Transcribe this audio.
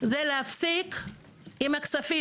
להפסיק עם הכספים.